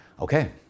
okay